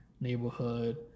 neighborhood